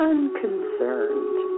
Unconcerned